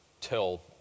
tell